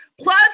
Plus